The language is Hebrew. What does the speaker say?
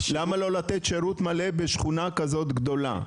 למה לא לתת שירות מלא בשכונה כזאת גדולה.